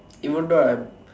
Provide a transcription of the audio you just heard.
even though I'm